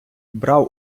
брав